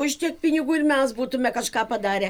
už tiek pinigų ir mes būtume kažką padarę